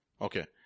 Okay